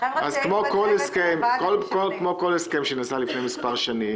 אז כמו כל הסכם שנעשה לפני מספר שנים